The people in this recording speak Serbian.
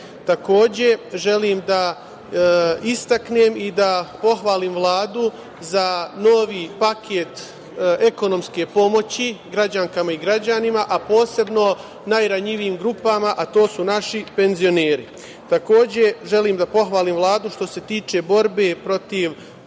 dolazim. Takođe, želim da istaknem i da pohvalim Vladu za novi paket ekonomske pomoći građankama i građanima, a posebno najranjivijim grupama, a to su naši penzioneri. Takođe, želim da pohvalim Vladu što se tiče borbe protiv